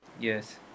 yes